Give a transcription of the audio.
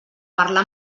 parlar